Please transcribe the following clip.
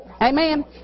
Amen